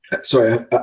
sorry